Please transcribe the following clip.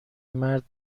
مرد